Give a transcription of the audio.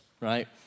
right